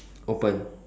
open